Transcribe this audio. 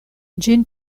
ĝin